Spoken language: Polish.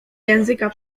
języka